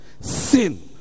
sin